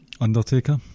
Undertaker